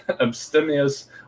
abstemious